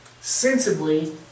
Sensibly